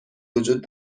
وجود